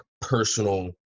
personal